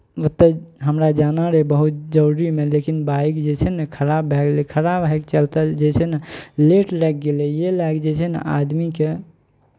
ओतय हमरा जाना रहै बहुत जरूरीमे लेकिन बाइक जे छै ने खराब भए गेलै खराब होयके चलते जे छै ने लेट लागि गेलै इएह लए कऽ जे छै ने आदमीकेँ